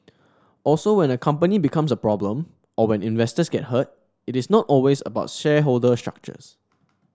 also when a company becomes a problem or when investors get hurt it is not always about shareholder structures